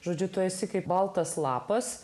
žodžiu tu esi kaip baltas lapas